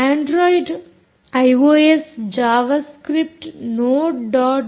Android iOS Java script ನೋಡ್